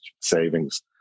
savings